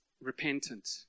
repentant